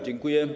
Dziękuję.